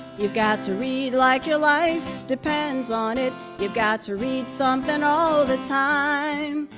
you've got to read like your life depends on it, you've got to read something all the time,